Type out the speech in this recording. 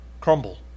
crumble